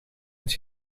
het